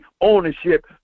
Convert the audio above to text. ownership